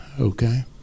okay